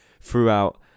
throughout